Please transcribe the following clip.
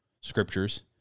scriptures